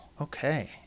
Okay